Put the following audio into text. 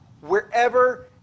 wherever